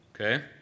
Okay